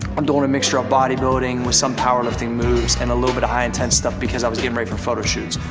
i'm doing a mixture of bodybuilding with some powerlifting moves and a little bit of high intense stuff because i was getting ready for a photo shoot.